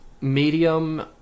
medium